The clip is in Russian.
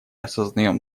осознаем